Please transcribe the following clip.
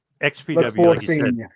XPW